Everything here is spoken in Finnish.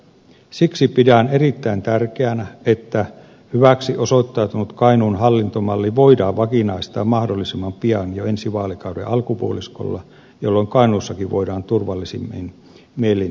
siksi pidän erittäin tärkeänä että hyväksi osoittautunut kainuun hallintomalli voidaan vakinaistaa mahdollisimman pian jo ensi vaalikauden alkupuoliskolla jolloin kainuussakin voidaan turvallisin mielin suunnitella tulevaisuutta